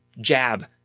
jab